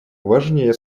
важнее